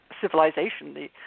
civilization